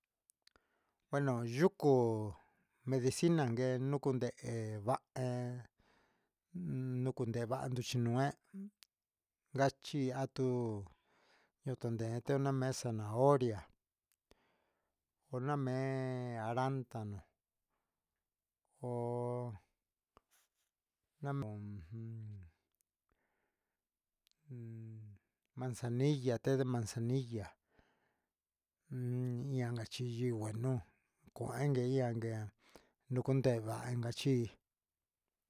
Kueno yuko'o dicinan ngue yukun nden va'en nduku ndeva'a nruchinué, ngachi atuu yutundenuu mesa zanahoria yuna'a me'e arantano ho'o namon jun, manzanilla té de manzanilla ummm ianka xhi yiú ngueno no inke ianki, no kunxenva'a inka chí.